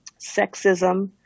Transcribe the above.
sexism